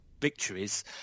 victories